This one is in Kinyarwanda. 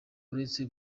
uretse